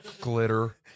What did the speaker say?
Glitter